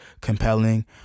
compelling